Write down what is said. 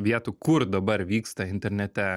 vietų kur dabar vyksta internete